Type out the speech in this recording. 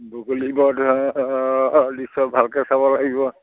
বগলীবধৰ দৃশ্য ভালকৈ চাব লাগিব